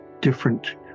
different